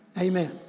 Amen